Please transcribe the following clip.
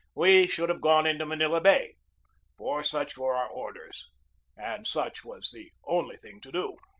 we should have gone into manila bay for such were our orders and such was the only thing to do.